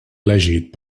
elegit